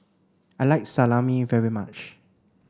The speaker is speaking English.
I like Salami very much